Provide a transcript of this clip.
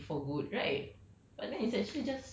I always thought she died seh for good right